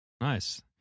Nice